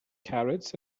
carrots